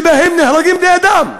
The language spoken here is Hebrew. שלפיהם נהרגים בני-אדם,